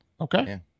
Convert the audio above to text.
okay